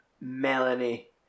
Melanie